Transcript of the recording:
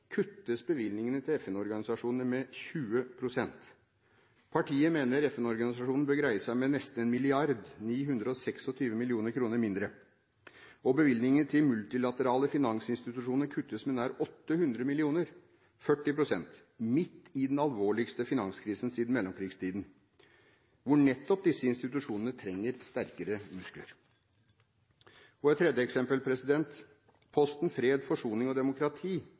kuttes bevilgningene til FN-organisasjonene med 20 pst., partiet mener FN-organisasjonene bør greie seg med nesten 1 mrd. kr – 926 mill. kr – mindre. Bevilgningene til multilaterale finansinstitusjoner kuttes med nær 800 mill. kr, 40 pst. – midt i den alvorligste finanskrisen siden mellomkrigstiden, hvor nettopp disse institusjonene trenger sterkere muskler. Og et tredje eksempel: Posten Fred, forsoning og demokrati